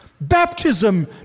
baptism